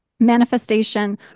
manifestation